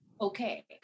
Okay